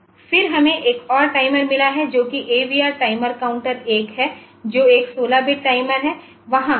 फिर हमें एक और टाइमर मिला है जो कि AVR timer counter 1AVR TimerCounter 1है जो एक 16 बिट टाइमर है